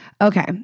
Okay